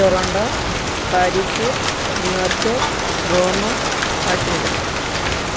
Toronto Paris New York Rome Washington